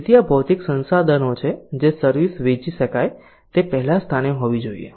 તેથી આ ભૌતિક સંસાધનો છે જે સર્વિસ વેચી શકાય તે પહેલાં સ્થાને હોવા જોઈએ